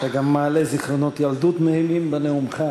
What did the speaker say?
אתה גם מעלה זיכרונות ילדות נעימים בנאומך,